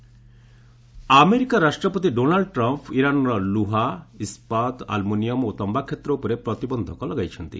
Trump Iran sanction America ରାଷ୍ଟ୍ରପତି Donald Trump ଇରାନର ଲୁହା ଇସ୍କାତ ଆଲୁମିନିୟମ ଓ ତମ୍ବା କ୍ଷେତ୍ର ଉପରେ ପ୍ରତିବନ୍ଧକ ଲଗାଇଛନ୍ତି